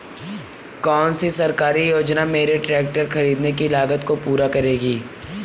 कौन सी सरकारी योजना मेरे ट्रैक्टर ख़रीदने की लागत को पूरा करेगी?